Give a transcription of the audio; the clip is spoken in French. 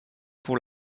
pour